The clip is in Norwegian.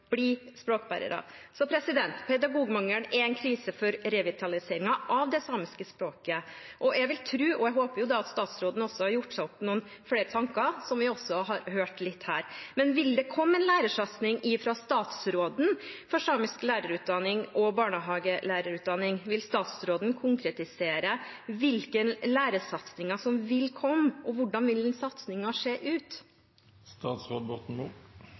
språkbærere. Pedagogmangelen er en krise for revitaliseringen av det samiske språket, og jeg tror og håper at statsråden har gjort seg noen flere tanker om dette – vi har hørt noen eksempler på det her – men jeg vil spørre: Vil det komme en lærersatsing fra statsråden for samisk lærerutdanning og samisk barnehagelærerutdanning? Vil statsråden konkretisere hvilke lærersatsinger som vil komme, og hvordan vil